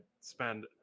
spend